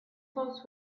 folks